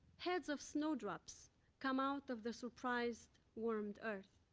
heads of snowdrops come out of the surprised warmed earth.